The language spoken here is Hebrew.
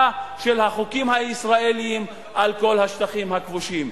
של החוקים הישראליים על כל השטחים הכבושים.